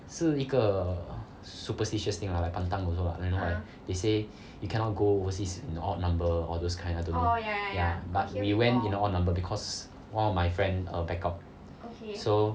是一个 superstitious thing or like pantang also then like they say you cannot go overseas with a odd number all those kind I don't know ya but we went with a odd number because one of my friend err back out so